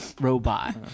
robot